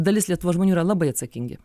dalis lietuvos žmonių yra labai atsakingi